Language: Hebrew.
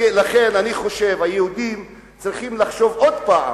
לכן אני חושב שהיהודים צריכים לחשוב עוד פעם,